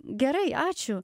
gerai ačiū